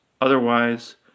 Otherwise